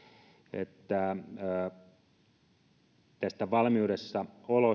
että tämä valmiudessa olo